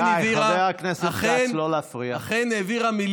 ממשלת מועצת השורא אכן העבירה,